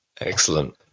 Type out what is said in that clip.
excellent